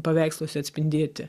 paveiksluose atspindėti